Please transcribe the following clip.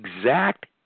exact